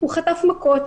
הוא חטף מכות,